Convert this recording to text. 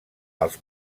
als